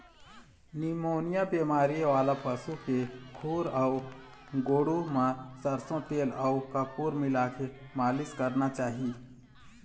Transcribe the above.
pneumonia बेमारी वाला पशु के खूर अउ गोड़ म सरसो तेल अउ कपूर मिलाके मालिस करना चाही